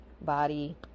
body